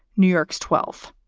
new york's twelfth.